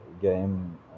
game